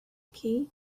key